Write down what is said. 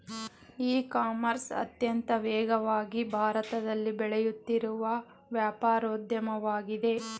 E commerce ಅತ್ಯಂತ ವೇಗವಾಗಿ ಭಾರತದಲ್ಲಿ ಬೆಳೆಯುತ್ತಿರುವ ವ್ಯಾಪಾರೋದ್ಯಮವಾಗಿದೆ